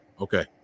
Okay